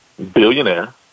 billionaire